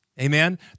Amen